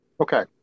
okay